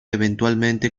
eventualmente